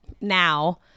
now